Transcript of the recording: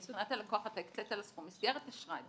מבחינת הלקוח אתה הקצת לו סכום מסגרת אשראי,